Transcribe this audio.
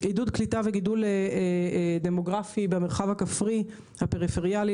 עידוד קליטה וגידול דמוגרפי במרחב הכפרי הפריפריאלי